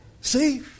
See